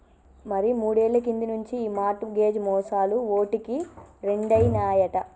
మరి మూడేళ్ల కింది నుంచి ఈ మార్ట్ గేజ్ మోసాలు ఓటికి రెండైనాయట